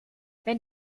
wenn